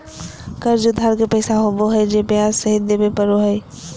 कर्ज उधार के पैसा होबो हइ जे ब्याज सहित देबे पड़ो हइ